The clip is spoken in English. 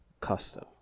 Custom